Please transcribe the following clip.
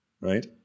right